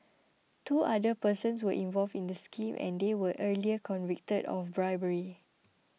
two other persons were involved in the scheme and they were earlier convicted of bribery